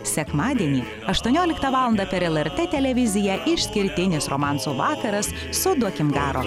sekmadienį aštuonioliktą valandą per lrt televiziją išskirtinis romansų vakaras su duokim garo